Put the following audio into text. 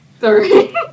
Sorry